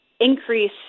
Increase